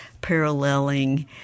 paralleling